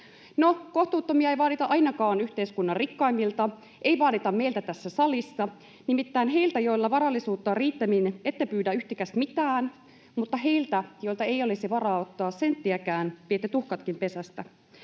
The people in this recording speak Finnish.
kohtuuttomia ei vaadita ainakaan yhteiskunnan rikkaimmilta, ei vaadita meiltä tässä salissa. Nimittäin heiltä, joilla varallisuutta on riittämiin, ette pyydä yhtikäs mitään, mutta heiltä, joilta ei olisi varaa ottaa senttiäkään, viette tuhkatkin pesästä.